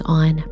on